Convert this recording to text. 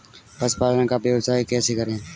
पशुपालन का व्यवसाय कैसे करें?